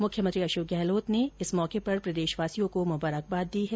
मुख्यमंत्री अशोक गहलोत ने शब ए बारात के मौके पर प्रदेशवासियों को मुबारकबाद दी है